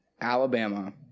Alabama